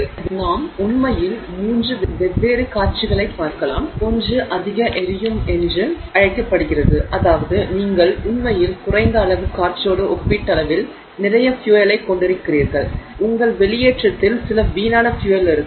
எனவே நாம் உண்மையில் மூன்று வெவ்வேறு காட்சிகளைப் பார்க்கலாம் ஒன்று அதிக எரியும் என்று அழைக்கப்படுகிறது அதாவது நீங்கள் உண்மையில் குறைந்த அளவு காற்றோடு ஒப்பீட்டளவில் நிறைய ஃபியூயலைக் கொண்டிருக்கிறீர்கள் எனவே உங்கள் வெளியேற்றத்தில் சில வீணான ஃபியூயல் இருக்கும்